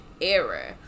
error